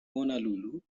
honolulu